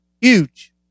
Huge